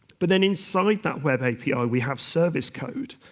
but then inside that web api, ah we have service code,